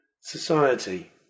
society